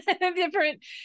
different